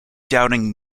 doubting